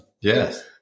Yes